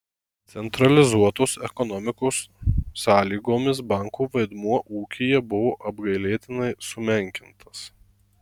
centralizuotos ekonomikos sąlygomis bankų vaidmuo ūkyje buvo apgailėtinai sumenkintas